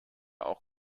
auch